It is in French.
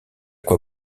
quoi